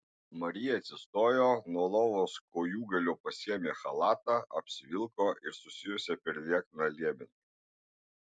marija atsistojo nuo lovos kojūgalio pasiėmė chalatą apsivilko ir susijuosė per liekną liemenį